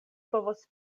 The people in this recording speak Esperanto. povos